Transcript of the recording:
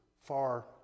far